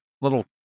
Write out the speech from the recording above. little